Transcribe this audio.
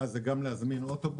ואז זה גם להזמין אוטובוס,